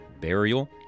burial